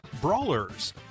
brawlers